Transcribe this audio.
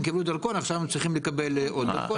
הם קיבלו דרכון, עכשיו הם צריכים לקבל עוד דרכון.